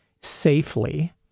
safely